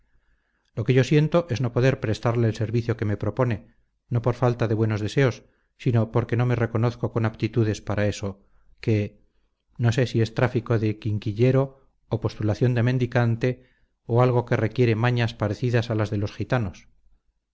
lo que yo siento es no poder prestarle el servicio que me propone no por falta de buenos deseos sino porque no me reconozco con aptitudes para eso que no sé si es tráfico de quinquillero o postulación de mendicante o algo que requiere mañas parecidas a las de los gitanos